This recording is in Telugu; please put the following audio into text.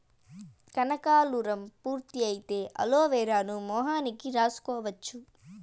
కనకాలురం పూర్తి అయితే అలోవెరాను మొహానికి రాసుకోవచ్చు